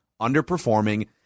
underperforming